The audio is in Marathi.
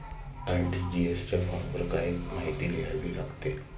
आर.टी.जी.एस च्या फॉर्मवर काय काय माहिती लिहावी लागते?